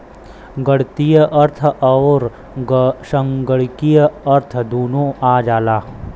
गणीतीय अर्थ अउर संगणकीय अर्थ दुन्नो आ जाला